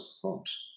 homes